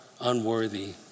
unworthy